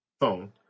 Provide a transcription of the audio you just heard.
phone